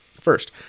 First